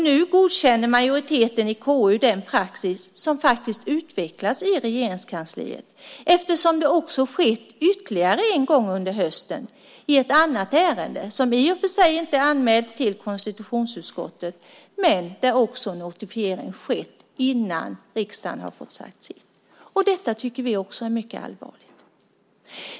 Nu godkänner majoriteten i KU den praxis som faktiskt utvecklats i Regeringskansliet eftersom det också har skett ytterligare en gång under hösten i ett annat ärende, som i och för sig inte är anmält till konstitutionsutskottet men där notifiering har skett innan riksdagen har fått säga sitt. Detta tycker vi också är mycket allvarligt.